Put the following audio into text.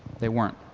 they weren't.